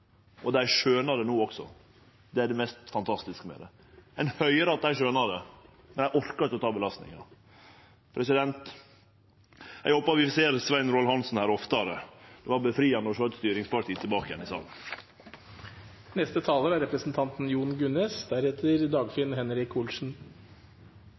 og dei skjøner det no også. Det er det mest fantastiske med det. Ein høyrer at dei skjøner det, men dei orkar ikkje å ta belastinga. Eg håpar vi ser Svein Roald Hansen her oftare. Det var frigjerande å sjå eit styringsparti tilbake igjen i salen. For Venstre er